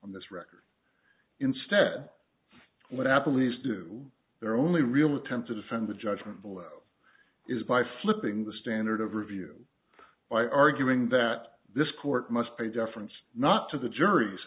on this record instead what apple each do their only real attempt to defend the judgment below is by flipping the standard of review by arguing that this court must pay deference not to the juries